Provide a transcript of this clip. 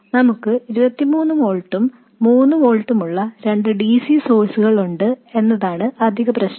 നമുക്ക് 23 വോൾട്ടും 3 വോൾട്ടുമുള്ള രണ്ട് dc സോഴ്സ്കൾ ഉണ്ട് എന്നതാണ് വേറൊരു പ്രശ്നം